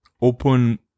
open